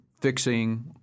fixing